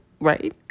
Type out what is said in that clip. Right